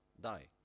die